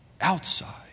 outside